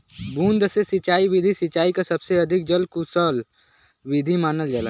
बूंद से सिंचाई विधि सिंचाई क सबसे अधिक जल कुसल विधि मानल जाला